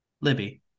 Libby